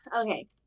okay